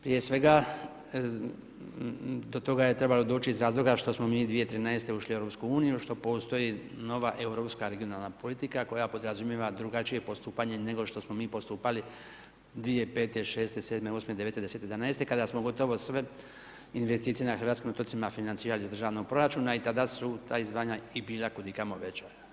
Prije svega, do toga je trebalo doći iz razloga što smo mi 2013. ušli u EU, što postoji nova europska regionalna politika koja podrazumijeva drugačije postupanje nego što smo mi postupali 2005., 2006., 2007., 2008., 2009., 2010., 2011. kada smo gotovo sve investicije na hrvatskim otocima financirali iz državnog proračuna i tada su ta izdvajanja i bila kudikamo veća.